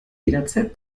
jederzeit